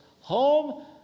home